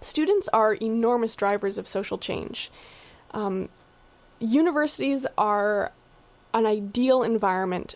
students are enormous drivers of social change universities are an ideal environment